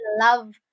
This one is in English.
love